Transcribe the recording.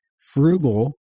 frugal